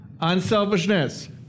unselfishness